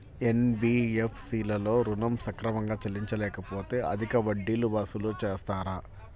NBFC లలో ఋణం సక్రమంగా చెల్లించలేకపోతె అధిక వడ్డీలు వసూలు చేస్తారా?